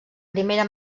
primera